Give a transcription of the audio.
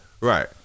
Right